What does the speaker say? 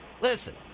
Listen